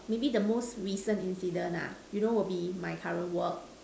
maybe the most recent incident nah you know will be my current work